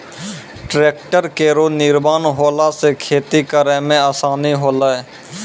tractor केरो निर्माण होला सँ खेती करै मे आसानी होलै